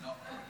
לא.